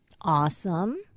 Awesome